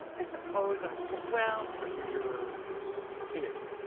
i suppose i, well. like when you were a teenager.